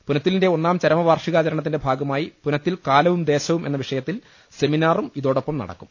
പുനത്തിലിന്റെ ഒന്നാം ചരമവാർഷികാ ചരണത്തിന്റെ ഭാഗമായി പുനത്തിൽ കാലവും ദേശവും എന്ന വിഷയത്തിൽ സെമിനാറും ഇതോടൊപ്പം നടക്കും